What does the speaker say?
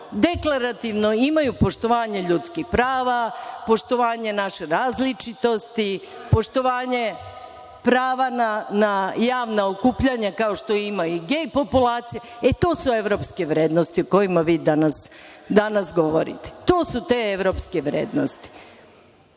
deklarativno imaju poštovanje ljudskih prava, poštovanje naše različitosti, poštovanje prava na javna okupljanja kao što ima i gej populacija. To su evropske vrednosti o kojima vi danas govorite. To su te evropske vrednosti.